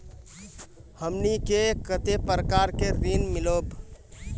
हमनी के कते प्रकार के ऋण मीलोब?